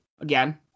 Again